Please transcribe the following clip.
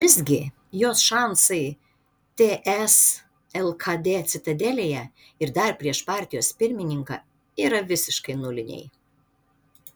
visgi jos šansai ts lkd citadelėje ir dar prieš partijos pirmininką yra visiškai nuliniai